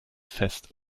fest